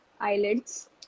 eyelids